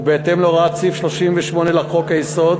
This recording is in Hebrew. ובהתאם להוראות סעיף 38 לחוק-יסוד: